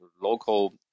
local